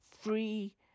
Free